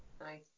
Nice